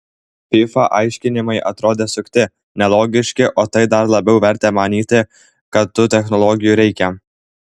fifa aiškinimai atrodė sukti nelogiški o tai dar labiau vertė manyti kad tų technologijų reikia